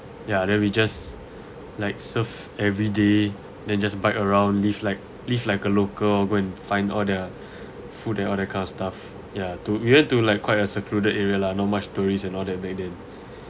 ya then we just like surf everyday then just bike around live like live like a local go and find all the food and all that kind of stuff ya to we went to like quite a secluded area lah not much tourist and all that back then